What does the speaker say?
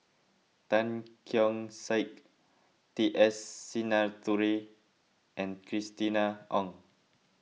Tan Keong Saik T S Sinnathuray and Christina Ong